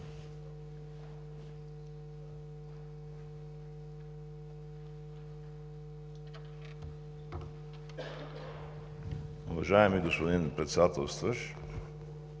Уважаеми господин Председателстващ,